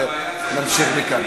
ונמשיך מכאן.